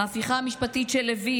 ההפיכה המשפטית של לוין,